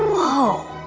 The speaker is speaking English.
whoa.